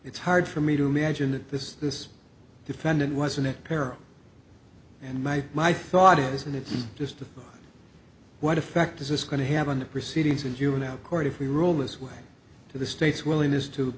it's hard for me to imagine that this this defendant wasn't a parent and my my thought is and it's just what effect is this going to have on the proceedings in juvenile court if we rule this way to the state's willingness to